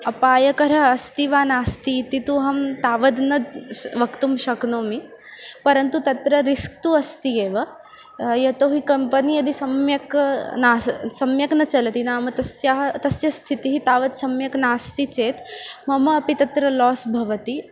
अपायकरः अस्ति वा नास्ति इति तु अहं तावद् न वक्तुं शक्नोमि परन्तु तत्र रिस्क् तु अस्ति एव यतोहि कम्पनी यदि सम्यक् नास् सम्यक् न चलति नाम तस्याः तस्य स्थितिः तावत् सम्यक् नास्ति चेत् मम अपि तत्र लास् भवति